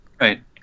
Right